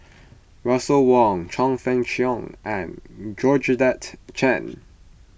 Russel Wong Chong Fah Cheong and Georgette Chen